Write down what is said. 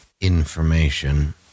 information